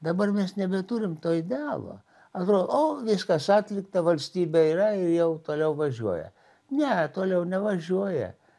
dabar mes nebeturim to idealo atro o viskas atlikta valstybė yra ir jau toliau važiuoja ne toliau nevažiuoja